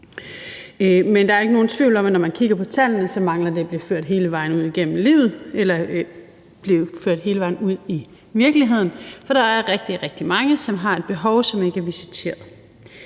Men der er ikke nogen tvivl om, at når man kigger på tallene, mangler det at blive ført hele vejen ud i virkeligheden, for der er rigtig, rigtig mange, som har et behov, og som ikke er visiteret.